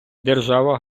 держава